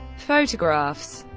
photographs